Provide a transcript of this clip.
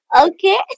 Okay